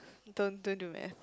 don't don't do math